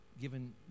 given